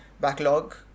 Backlog